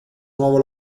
nuovo